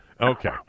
Okay